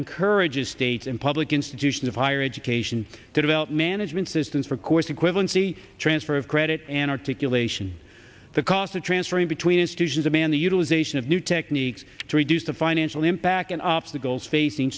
encourages states and public institutions of higher education to develop management systems for course equivalency transfer of credit and articulation the cost of transferring between institutions of man the utilization of new techniques to reduce the financial impact and obstacles facing